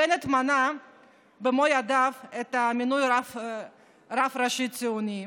בנט מנע במו ידיו מינוי רב ראשי ציוני.